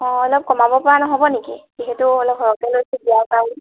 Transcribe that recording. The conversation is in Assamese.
অলপ কমাব পৰা নহ'ব নেকি যিহেতু অলপ সৰহকৈ লৈছোঁ বিয়াৰ কাৰণে